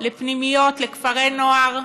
לפנימיות, לכפרי נוער,